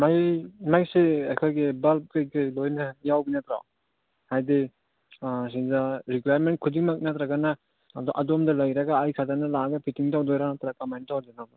ꯃꯩꯁꯦ ꯑꯩꯈꯣꯏꯒꯤ ꯕꯜꯕ ꯀꯩꯀꯩ ꯂꯣꯏꯅ ꯌꯥꯎꯕ ꯅꯠꯇ꯭ꯔꯣ ꯍꯥꯏꯕꯗꯤ ꯁꯤꯗ ꯔꯤꯀ꯭ꯋꯥꯏꯌꯔꯃꯦꯟ ꯈꯨꯗꯤꯡꯃꯛ ꯅꯠꯇ꯭ꯔꯒꯅ ꯑꯗꯣꯝꯗ ꯂꯩꯔꯒ ꯑꯩ ꯈꯇꯅ ꯂꯥꯛꯑꯒ ꯐꯤꯠꯇꯤꯡ ꯇꯧꯗꯣꯏꯔꯥ ꯅꯠꯇ꯭ꯔ ꯀꯃꯥꯏ ꯇꯧꯗꯣꯏꯅꯣ